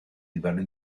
livello